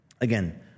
again